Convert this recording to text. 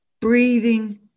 breathing